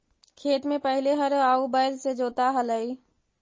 खेत में पहिले हर आउ बैल से जोताऽ हलई